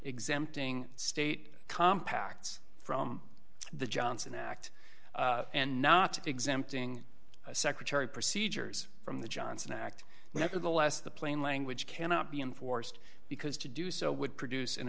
exempting state compacts from the johnson act and not exempting secretary procedures from the johnson act nevertheless the plain language cannot be enforced because to do so would produce an